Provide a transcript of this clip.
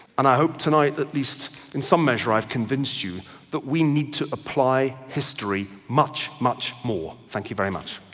and i hope tonight at least in some measure i've convinced you that we need to apply history much, much more. thank you very much.